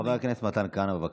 חבר הכנסת מתן כהנא, בבקשה.